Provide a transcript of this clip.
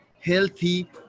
healthy